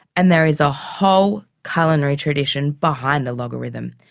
and there is a whole culinary tradition behind the logarithm.